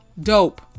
Dope